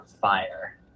fire